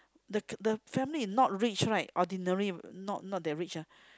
the tht family is nor rich right ordinary not not that rich ah